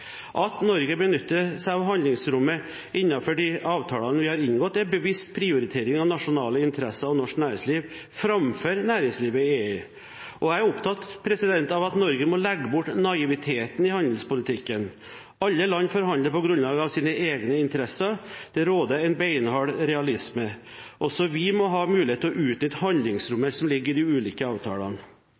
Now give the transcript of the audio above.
At Norge benytter seg av handlingsrommet innenfor de avtalene vi har inngått, er en bevisst prioritering av nasjonale interesser og norsk næringsliv, framfor næringslivet i EU. Jeg er opptatt av at Norge må legge bort naiviteten i handelspolitikken. Alle land forhandler på grunnlag av sine egne interesser. Det råder en beinhard realisme. Også vi må ha mulighet til å utnytte handlingsrommet som ligger i de ulike avtalene.